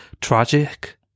tragic